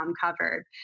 covered